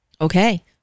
Okay